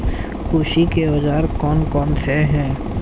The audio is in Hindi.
कृषि के औजार कौन कौन से हैं?